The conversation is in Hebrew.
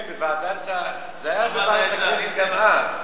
כן, בוועדת, זה היה בוועדת הכנסת גם אז.